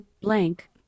blank